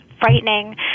frightening